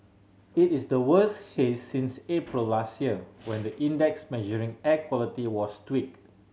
it is the worse haze since April last year when the index measuring air quality was tweaked